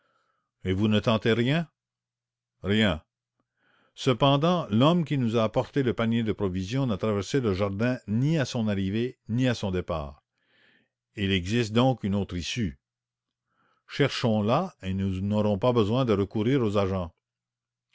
et vous ne tentez rien rien cependant l'homme qui nous a apporté le panier de provisions n'a traversé le jardin ni à son arrivée ni à son départ il existe donc une autre issue cherchons la et nous n'aurons pas besoin de recourir aux agents